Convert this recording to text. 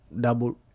double